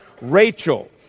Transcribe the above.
Rachel